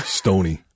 stony